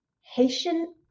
Haitian